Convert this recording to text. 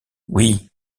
oui